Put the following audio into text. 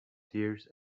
tears